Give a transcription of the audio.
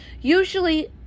usually